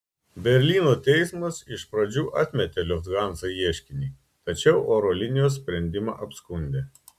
berlyno teismas iš pradžių atmetė lufthansa ieškinį tačiau oro linijos sprendimą apskundė